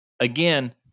again